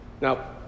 Now